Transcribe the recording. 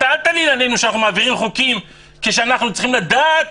אל תלין עלינו שאנחנו מעבירים חוקים כשאנחנו צריכים לדעת